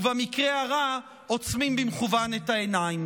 ובמקרה הרע עוצמים במכוון את העיניים.